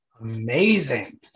Amazing